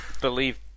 believe